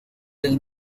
del